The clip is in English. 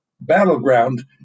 battleground